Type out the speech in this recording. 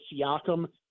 Siakam